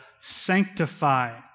sanctify